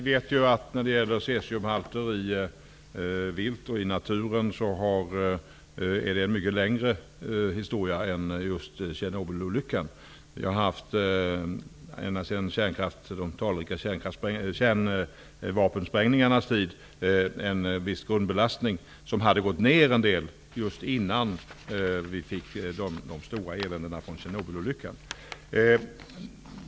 Herr talman! När det gäller cesiumhalter i vilt och i naturen vet vi att det är fråga om en mycket längre historia än just sedan Tjernobylolyckan inträffade. Ända sedan de talrika kärnvapensprängningarnas tid har det varit en viss grundbelastning. Den hade minskat en del just innan vi fick de stora eländena från Tjernobylolyckan.